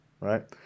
right